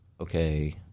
okay